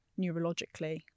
neurologically